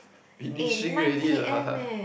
finishing already lah